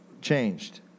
changed